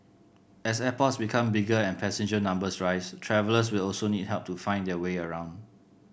as airports become bigger and passenger numbers rise travellers will also need help to find their way around